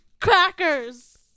crackers